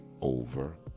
over